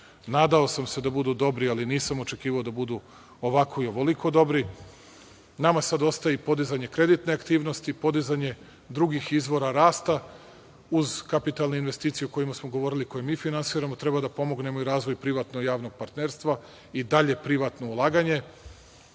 nadao sam se da budu dobri, ali nisam očekivao da budu ovako i ovoliko dobri. Nama sad ostaje i podizanje kreditne aktivnosti, podizanje drugih izvora rasta, uz kapitalne investicije o kojima smo govorili, koje mi finansiramo, treba da pomognemo i razvoj privatno-javnog partnerstva i dalje privatno ulaganje,